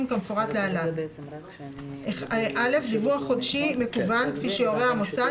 כמפורט להלן: דיווח חודשי מקוון כפי שיורה המוסד,